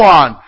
on